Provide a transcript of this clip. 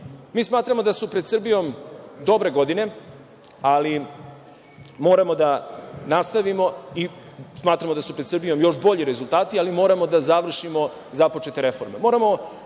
posao. Smatramo da su pred Srbijom dobre godine, ali moramo da nastavimo i smatramo da su pred Srbijom još bolji rezultati, ali moramo da završimo započete reforme.